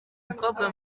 mukobwa